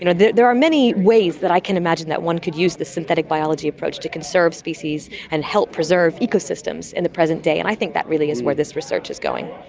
you know there are many ways that i can imagine that one could use this synthetic biology approach to conserve species and help preserve ecosystems in the present day, and i think that really is where this research is going.